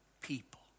people